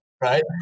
right